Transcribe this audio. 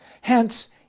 hence